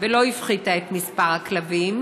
ולא הפחיתה את מספר הכלבים?